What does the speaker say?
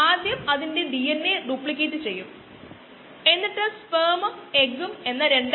1 x dx dt ഇവിടെ കാണുന്നത് വളരെ എളുപ്പമാണ്